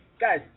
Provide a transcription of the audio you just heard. Guys